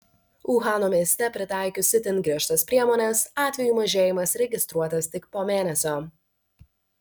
uhano mieste pritaikius itin griežtas priemones atvejų mažėjimas registruotas tik po mėnesio